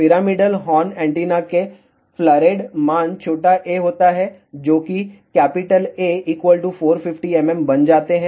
pyramidal horn antenna के flared मान छोटा a होता हैं जो की कैपिटल A 450 mm बन जाते हैं